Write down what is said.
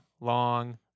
long